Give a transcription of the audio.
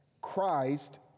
christ